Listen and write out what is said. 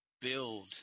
build